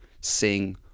sing